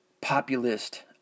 populist